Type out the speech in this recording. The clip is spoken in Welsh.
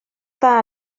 dda